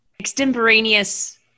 extemporaneous